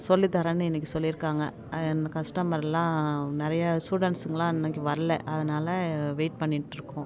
சொல்லித்தரேன்னு இன்றைக்கி சொல்லியிருக்காங்க அது என் கஸ்டமரெலாம் நிறையா ஸ்டூடண்ட்ஸ்ங்கெலாம் இன்றைக்கி வரல்லை அதனால வெயிட் பண்ணிகிட்டுருக்கோம்